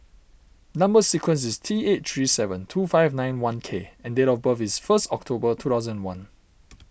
Number Sequence is T eight three seven two five nine one K and date of birth is first October two thousand one